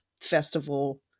festival